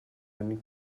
einen